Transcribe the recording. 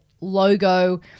logo